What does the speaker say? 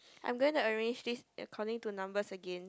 I'm gonna arrange this according to numbers again